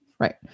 Right